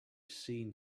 seen